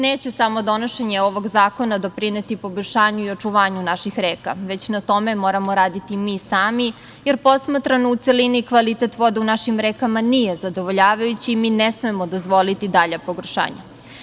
Neće samo donošenje ovog zakona doprineti poboljšanju i očuvanju naših reka, već na tome moramo raditi mi sami, jer posmatrano u celini, kvalitet vode u našim rekama nije zadovoljavajući i mi ne smemo dozvoliti dalja pogoršanja.